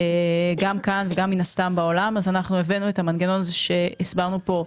גם כאן וגם מן הסתם בעולם את המנגנון שהסברנו פה.